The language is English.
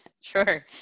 Sure